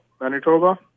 Manitoba